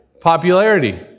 Popularity